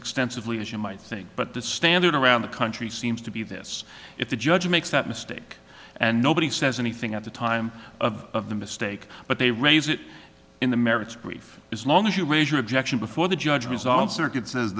extensively as you might think but the standard around the country seems to be this if the judge makes that mistake and nobody says anything at the time of the mistake but they raise it in the merits brief as long as you raise your objection before the judge was all circuit